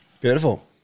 Beautiful